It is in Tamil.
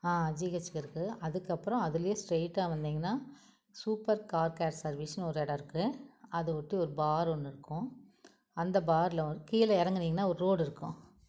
ஆ ஜிஹச் இருக்குது அதுக்கு அப்புறம் அதிலயே ஸ்ட்ரெயிட்டாக வந்திங்கனால் சூப்பர் கார் கேர் சர்விசுனு ஒரு இடம் இருக்குது அதை ஒட்டி ஒரு பார் ஒன்று இருக்கும் அந்த பார்ல கீழே இறங்குனிங்கனா ஒரு ரோடு இருக்கும்